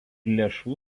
lėšų